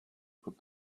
put